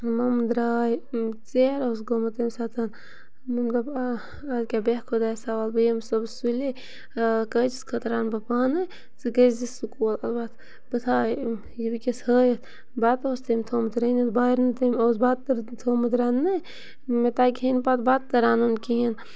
ممہٕ درٛاے ژیر اوس گوٚمُت تمہِ ساتہٕ دوٚپ آ اَدٕ کیٛاہ بیٚہہ خۄدایَس حَوال بہٕ یِمہٕ صُبحَس سُلہِ کٲجِس خٲطرٕ اَنہٕ بہٕ پانَے ژٕ گٔے زِ سکوٗل اَلبتھ بہٕ تھایے یہِ وٕنۍکٮ۪س ہٲیِتھ بَتہٕ اوس تٔمۍ تھوٚمُت رٔنِتھ بارِن تٔمۍ اوس بَتہٕ تھوٚمُت رنٛنَے مےٚ تَگہِ ہے نہٕ پَتہٕ بَتہٕ تہٕ رَنُن کِہیٖنۍ